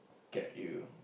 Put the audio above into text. get you